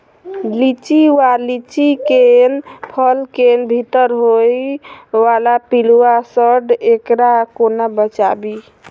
लिच्ची वा लीची केँ फल केँ भीतर होइ वला पिलुआ सऽ एकरा कोना बचाबी?